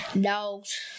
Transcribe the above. dogs